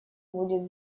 будет